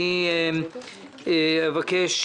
בבקשה,